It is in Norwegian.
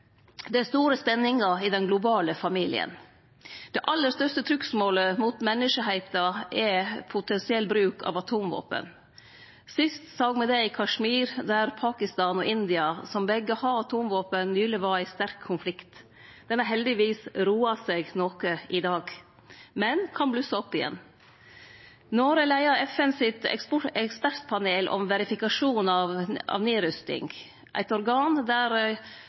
Det er store spenningar i den globale familien. Det aller største trugsmålet mot menneskeslekta er potensiell bruk av atomvåpen. Sist såg me det i Kashmir, der Pakistan og India, som begge har atomvåpen, nyleg var i sterk konflikt. Den har heldigvis roa seg noko i dag, men kan blusse opp igjen. Noreg leiar FNs ekspertpanel om verifikasjon av nedrusting, eit organ der